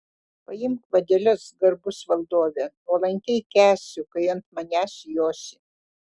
paimk vadeles garbus valdove nuolankiai kęsiu kai ant manęs josi